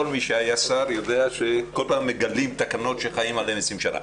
כל מי שהיה שר יודע שבכל פעם מגלים תקנות שחיים בהם עשרים שנה.